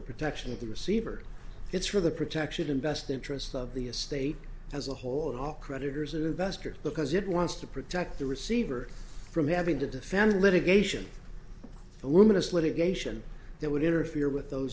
protection of the receiver it's for the protection invest the interests of the estate as a whole and all creditors and investors because it wants to protect the receiver from having to defend litigation the luminous litigation that would interfere with those